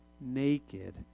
naked